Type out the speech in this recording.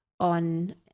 on